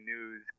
news